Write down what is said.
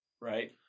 right